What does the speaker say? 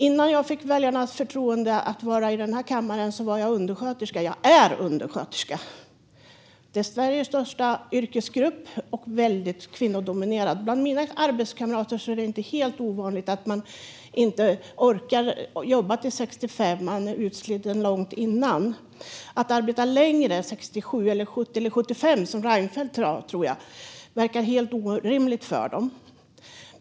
Innan jag fick väljarnas förtroende att vara i den här kammaren var jag undersköterska, och jag är undersköterska. Det är Sveriges största yrkesgrupp och väldigt kvinnodominerad. Bland mina arbetskamrater är det inte helt ovanligt att man inte orkar jobba till 65; man blir utsliten långt innan. Att arbeta längre, till 67, 70 eller 75, som jag tror att Reinfeldt föreslog, verkar helt orimligt för dem.